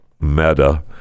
meta